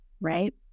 right